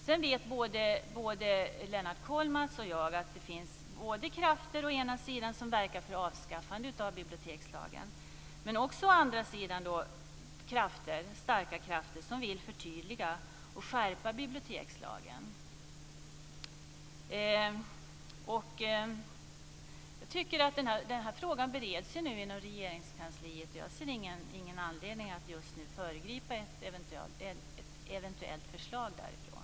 Sedan vet både Lennart Kollmats och jag att det å ena sidan finns krafter som verkar för avskaffande av bibliotekslagen, å andra sidan starka krafter som vill förtydliga och skärpa bibliotekslagen. Denna fråga bereds nu inom Regeringskansliet. Jag ser ingen anledning att föregripa ett eventuellt förslag därifrån.